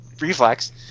reflex